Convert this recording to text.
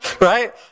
Right